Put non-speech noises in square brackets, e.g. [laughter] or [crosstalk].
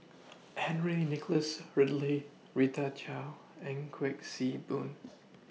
[noise] Henry Nicholas Ridley Rita Chao and Kuik Say Boon